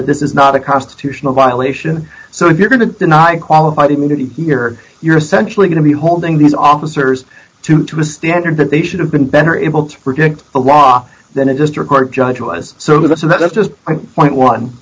that this is not a constitutional violation so if you're going to deny qualified immunity you're you're sensually going to be holding these officers to to a standard that they should have been better able to protect the law than it just record judge was so that's a that's just